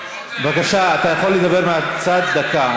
בבקשה, אתה יכול לדבר מהצד דקה.